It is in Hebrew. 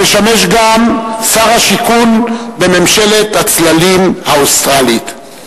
המשמש גם שר השיכון בממשלת הצללים האוסטרלית.